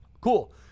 Cool